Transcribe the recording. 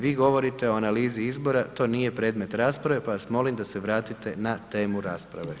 Vi govorite o analizi izbora, to nije predmet rasprave, pa vas molim da se vratite na temu rasprave.